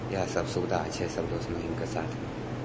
इएहसब सुविधा छै सब दोस्त महिमके साथमे